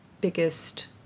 biggest